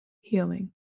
healing